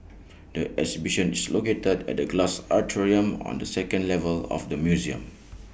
the exhibition is located at the glass atrium on the second level of the museum